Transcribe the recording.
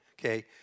okay